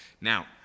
Now